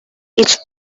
its